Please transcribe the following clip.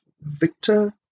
Victor